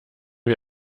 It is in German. wir